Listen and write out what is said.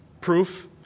proof